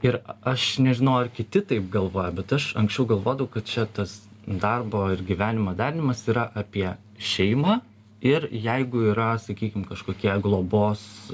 ir aš nežinau ar kiti taip galvoja bet aš anksčiau galvodavau kad čia tas darbo ir gyvenimo derinimas yra apie šeimą ir jeigu yra sakykim kažkokie globos